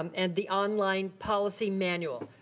um and the online policy manual.